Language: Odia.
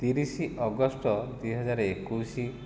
ତିରିଶ ଅଗଷ୍ଟ ଦୁଇହଜାର ଏକୋଇଶ